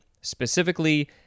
specifically